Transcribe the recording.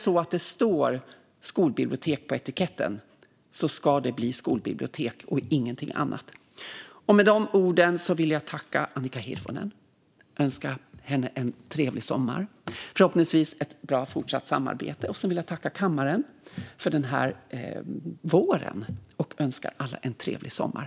Om det står skolbibliotek på etiketten ska det bli skolbibliotek och ingenting annat. Med de orden vill jag tacka Annika Hirvonen och önska henne en trevlig sommar och förhoppningsvis ett bra fortsatt samarbete. Jag vill också tacka kammaren för den här våren och önska alla en trevlig sommar.